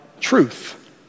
truth